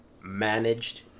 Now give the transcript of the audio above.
managed